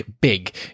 big